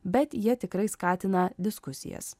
bet jie tikrai skatina diskusijas